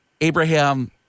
Abraham